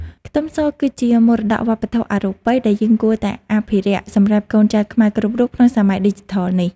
ខ្ទឹមសគឺជាមរតកវប្បធម៌អរូបិយដែលយើងគួរតែអភិរក្សសម្រាប់កូនចៅខ្មែរគ្រប់រូបក្នុងសម័យឌីជីថលនេះ។